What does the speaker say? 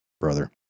brother